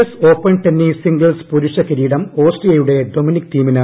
S open tennis singles പുരുഷ കിരീടം ഓസ്ട്രിയയുടെ ഡൊമിനിക് തീമിന്